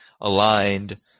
aligned